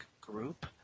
group